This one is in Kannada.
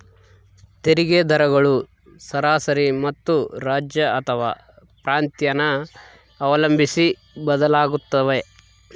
ತೆರಿಗೆ ದರಗಳು ಸರಾಸರಿ ಮತ್ತು ರಾಜ್ಯ ಅಥವಾ ಪ್ರಾಂತ್ಯನ ಅವಲಂಬಿಸಿ ಬದಲಾಗುತ್ತವೆ